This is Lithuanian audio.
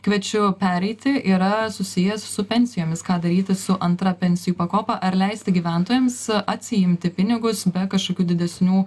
kviečiu pereiti yra susijęs su pensijomis ką daryti su antra pensijų pakopa ar leisti gyventojams atsiimti pinigus be kažkokių didesnių